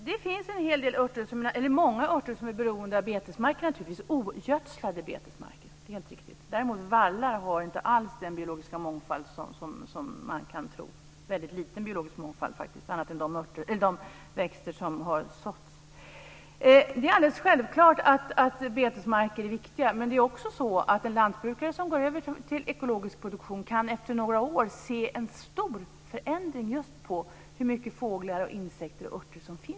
Fru talman! Det är många arter som är beroende av betesmarker, och då ogödslade betesmarker, det är helt riktigt. Däremot har inte vallar den biologiska mångfald som man kan tro. De har faktiskt en väldigt liten biologisk mångfald, frånsett de växter som har såtts. Det är självklart att betesmarker är viktiga. Men en lantbrukare som ställer om till ekologisk produktion kan efter några år se en stor förändring av antalet fåglar, insekter och örter på markerna.